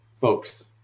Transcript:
folks